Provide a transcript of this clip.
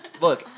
Look